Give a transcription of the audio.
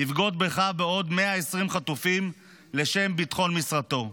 יבגוד בך ובעוד 120 חטופים לשם ביטחון משרתו.